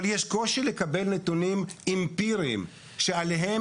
אבל יש קושי לקבל נתונים אמפיריים עליהם